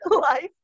life